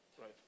Right